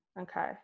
Okay